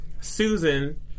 Susan